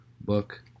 book